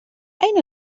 أين